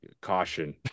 caution